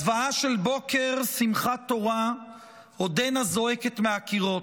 הזוועה של בוקר שמחת תורה עודנה זועקת מהקירות.